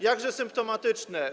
Jakże to symptomatyczne.